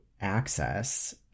access